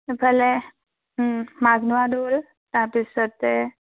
এইফালে মাঘনোৱা দৌল তাৰপিছতে